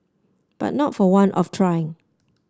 but not for want of trying